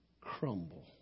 crumble